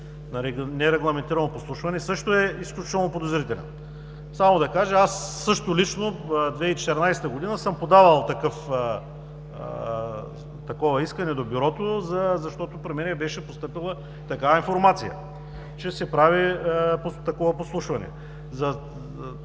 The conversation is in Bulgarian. на нерегламентирано подслушване, също е изключително подозрителен. Само да кажа: лично аз също в 2014 г. съм подавал такова искане до бюрото, защото при мен беше постъпила информация, че се прави такова подслушване.